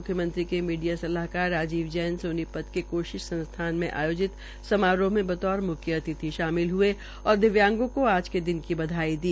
मुख्यमंत्री ने मीडिया सलाहकार राजीव जैन ने सोनीपत के कोशिक संस्थान मे आयोजित समारोह में बतौर मुख्य अतिथि शामिल हये और दिव्यांगों का आज के दिन की बधाई दी